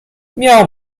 miał